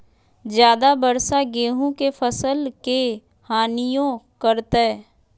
ज्यादा वर्षा गेंहू के फसल के हानियों करतै?